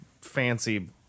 fancy